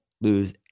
lose